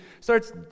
starts